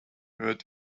heard